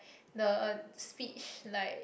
the speech like